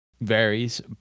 varies